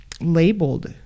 labeled